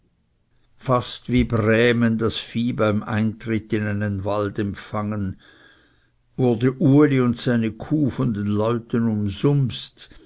fast wie brämen das vieh beim eintritt in einen wald empfangen wurde uli und seine kuh von leuten umsumst